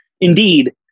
Indeed